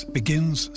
begins